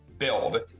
build